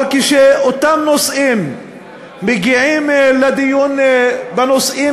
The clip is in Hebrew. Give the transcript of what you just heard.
אבל כשאותם נושאים מגיעים לדיון בעניינם